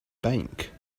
bank